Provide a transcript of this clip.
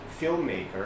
filmmaker